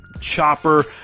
chopper